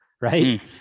right